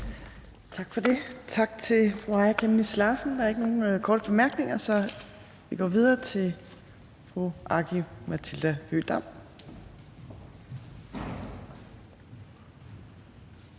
Torp): Tak til fru Aaja Chemnitz Larsen. Der er ikke nogen korte bemærkninger, så vi går videre til fru Aki-Matilda Høegh-Dam,